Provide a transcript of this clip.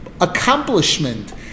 accomplishment